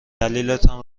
دلیلتان